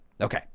Okay